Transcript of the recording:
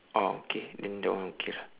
oh okay then that one okay ah